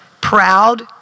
proud